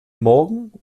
morgen